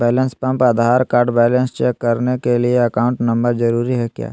Balance pump Aadhaar card balance check करने के लिए अकाउंट नंबर जरूरी है क्या?